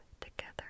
together